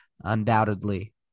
undoubtedly